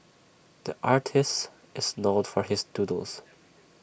the artist is known for his doodles